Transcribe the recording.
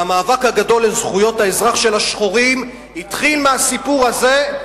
והמאבק הגדול לזכויות האזרח של השחורים התחיל מהסיפור הזה.